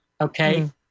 Okay